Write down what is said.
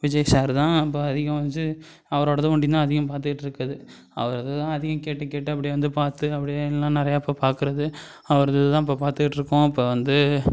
Vijay sir தான் இப்போ அதிகம் வந்துச்சி அவரோடது ஒண்டியுந்தான் அதிகம் பார்த்துட்ருக்கது அவரோடது தான் அதிகம் கேட்டு கேட்டு அப்படியே வந்து பார்த்து அப்படியே எல்லாம் நிறையா இப்போ பார்க்கறது அவருது இது தான் இப்போ பார்த்துட்ருக்கோம் இப்போ வந்து